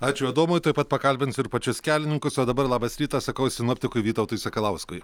ačiū adomui tuoj pat pakalbinsiu ir pačius kelininkus o dabar labas rytas sakau sinoptikui vytautui sakalauskui